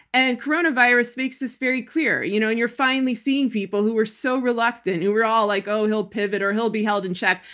and coronavirus speaks this very clearly. you know and you're finally seeing people who were so reluctant, who were all like, oh, he'll pivot or he'll be held in check.